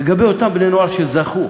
לגבי אותם בני-נוער שזכו